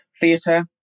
Theatre